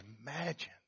imagine